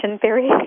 theory